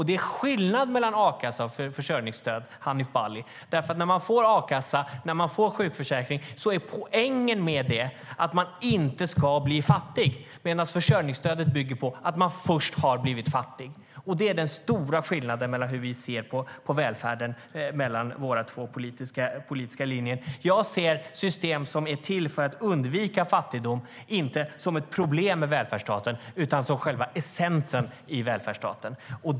Det är skillnad mellan a-kassa och försörjningsstöd, Hanif Bali. När man får a-kassa eller sjukförsäkring är poängen med det att man inte ska bli fattig, medan försörjningsstödet bygger på att man först har blivit fattig. Det är den stora skillnaden mellan våra två politiska linjer i hur vi ser på välfärden. Jag ser system som är till för att undvika fattigdom, inte som ett problem i välfärdsstaten utan som själva essensen i välfärdsstaten.